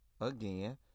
again